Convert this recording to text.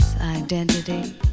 identity